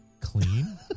Clean